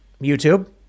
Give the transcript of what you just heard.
YouTube